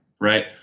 right